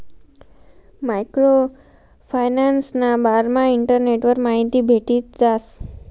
micro फायनान्सना बारामा इंटरनेटवर माहिती भेटी जास